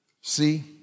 See